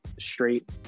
straight